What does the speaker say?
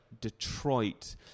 Detroit